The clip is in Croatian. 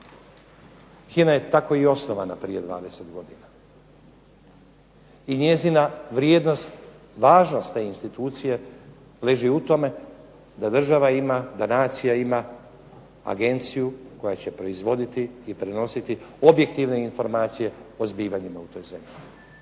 HINA je tako i osnovana prije 20 godina i njezina vrijednost, važnost te institucije leži u tome da država ima, da nacija ima agenciju koja će proizvoditi i prenositi objektivne informacije o zbivanjima u toj zemlji.